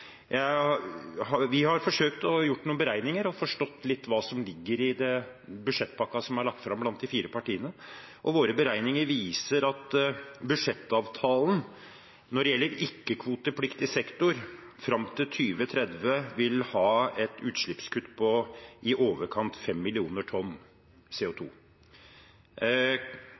jeg har tenkt å spørre om. Vi har forsøkt å gjøre noen beregninger og forstå hva som ligger i budsjettpakken som er lagt fram av de fire partiene. Våre beregninger viser at budsjettavtalen når det gjelder ikke-kvotepliktig sektor fram til 2030, vil ha et utslippskutt på i overkant av 5 millioner tonn